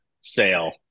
sale